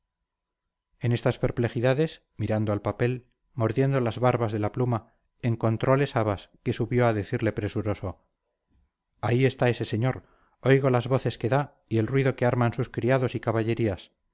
en estas perplejidades mirando al papel mordiendo las barbas de la pluma encontrole sabas que subió a decirle presuroso ahí está ese señor oiga las voces que da y el ruido que arman sus criados y caballerías